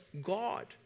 God